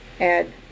add